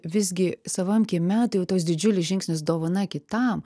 visgi savam kieme tai jau toks didžiulis žingsnis dovana kitam